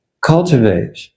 cultivate